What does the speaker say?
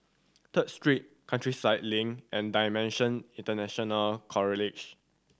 Third Street Countryside Link and DIMENSION International